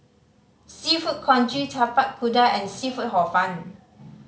Seafood Congee Tapak Kuda and seafood Hor Fun